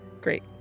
Great